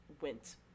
went